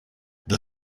the